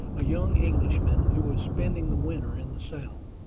a young englishman, who was spending the winter in the south.